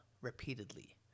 repeatedly